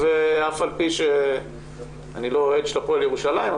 ואף על פי שאני לא אוהד ש להפועל ירושלים,